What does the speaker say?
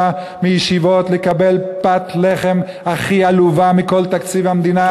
מישיבות לקבל פת לחם הכי עלובה מכל תקציב המדינה,